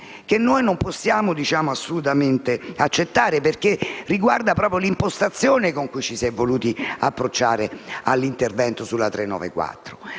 e non possiamo assolutamente accettarlo, perché riguarda proprio l'impostazione con cui ci si è voluti approcciare all'intervento sulla